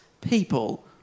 people